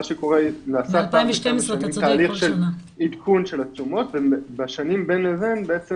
מה קרה זה תהליך של עדכון של התשומות ובשנים בין לבין בעצם